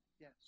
yes